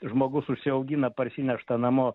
žmogus užsiaugina parsineštą namo